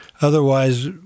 Otherwise